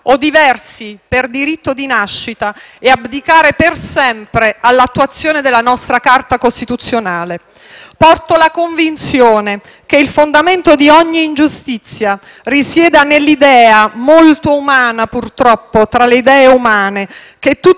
o diversi per diritto di nascita e abdicare per sempre all'attuazione della nostra Carta costituzionale. Ho la convinzione che il fondamento di ogni ingiustizia risieda nell'idea, molto umana purtroppo tra le idee umane, che tutti